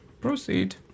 Proceed